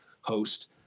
host